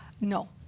No